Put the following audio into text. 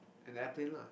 an airplane lah